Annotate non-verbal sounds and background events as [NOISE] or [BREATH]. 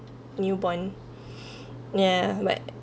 newborn [BREATH] yeah my